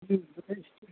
ठीक छै